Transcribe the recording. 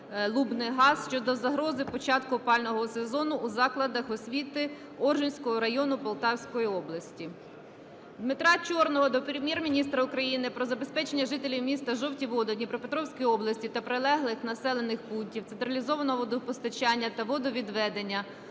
"Лубнигаз" щодо загрози початку опалювального сезону у закладах освіти Оржицького району Полтавської області. Дмитра Чорного до Прем'єр-міністра України про забезпечення жителів міста Жовті Води Дніпропетровської області та прилеглих населених пунктів централізованим водопостачанням та водовідведенням,